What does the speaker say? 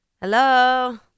Hello